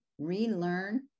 relearn